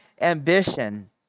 ambition